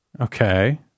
Okay